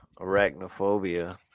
arachnophobia